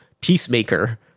Peacemaker